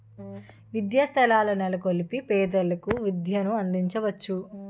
విద్యాసంస్థల నెలకొల్పి పేదలకు విద్యను అందించవచ్చు